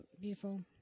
Beautiful